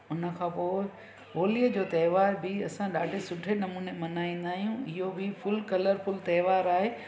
हुन खां पोइ होलीअ जो त्योहार बि असां ॾाढे सुठे नमूने मल्हाईंदा आहियूं इहो बि फ़ुल कलर फ़ुल त्योहार आहे